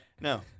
no